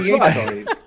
right